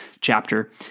chapter